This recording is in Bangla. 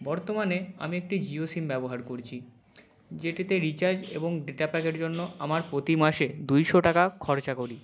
বর্তমানে আমি একটি জিও সিম ব্যবহার করছি যেটিতে রিচার্জ এবং ডেটা প্যাকের জন্য আমার প্রতি মাসে দুইশো টাকা খরচা করি